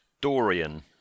Dorian